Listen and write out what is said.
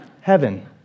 heaven